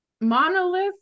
Monolith